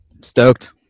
Stoked